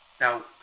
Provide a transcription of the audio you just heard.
Now